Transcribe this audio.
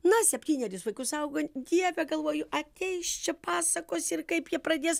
na septynerius vaikus auga dieve galvoju ateis čia pasakos ir kaip jie pradės